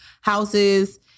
houses